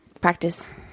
practice